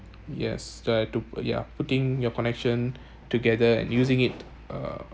yes so I have to yeah putting your connection together and using it uh